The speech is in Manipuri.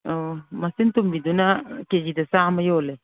ꯑꯣ ꯃꯆꯤꯟ ꯇꯨꯝꯕꯤꯗꯨꯅ ꯀꯦꯖꯤꯗ ꯆꯥꯝꯃꯥ ꯌꯣꯜꯂꯦ